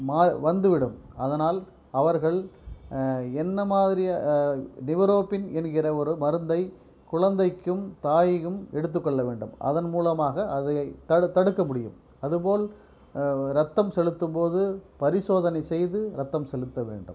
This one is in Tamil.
மா வந்து விடும் அதனால் அவர்கள் என்ன மாதிரி நீவரோப்பின் என்கிற ஒரு மருந்தை குழந்தைக்கும் தாய்க்கும் எடுத்துக் கொள்ள வேண்டும் அதன் மூலமாக அதை த தடுக்க முடியும் அது போல் ரத்தம் செலுத்தும் போது பரிசோதனை செய்து ரத்தம் செலுத்த வேண்டும்